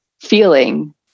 feeling